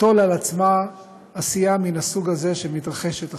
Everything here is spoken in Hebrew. תיטול על עצמה עשייה מן הסוג הזה שמתרחשת עכשיו.